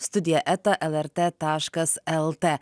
studija eta lrt taškas lt